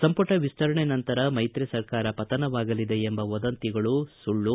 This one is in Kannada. ಸಂಪುಟ ವಿಸ್ತರಣೆ ನಂತರ ಮೈತ್ರಿ ಸರ್ಕಾರ ಪತನವಾಗಲಿದೆ ಎಂಬ ವದಂತಿಗಳು ಸುಳ್ಳು